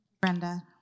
Brenda